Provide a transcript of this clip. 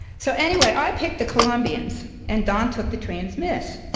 so anyway, i picked the columbians and don took the trans-mississippi.